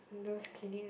those cleaning